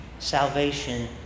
salvation